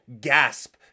gasp